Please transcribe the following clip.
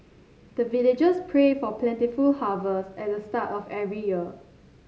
the villagers pray for plentiful harvest at the start of every year